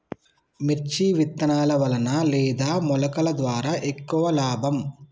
మిర్చి విత్తనాల వలన లేదా మొలకల ద్వారా ఎక్కువ లాభం?